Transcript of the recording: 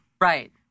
Right